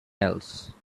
else